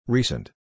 Recent